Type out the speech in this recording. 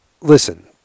listen